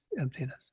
emptiness